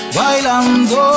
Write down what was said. bailando